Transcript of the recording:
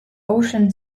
ocean